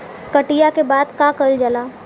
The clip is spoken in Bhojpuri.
कटिया के बाद का कइल जाला?